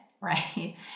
right